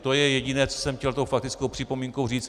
To je jediné, co jsem chtěl faktickou připomínkou říct.